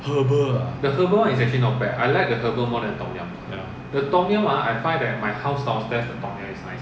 herbal ah